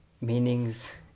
meanings